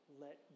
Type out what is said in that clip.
let